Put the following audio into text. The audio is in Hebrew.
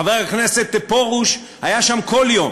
חבר הכנסת פרוש היה שם כל יום.